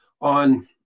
on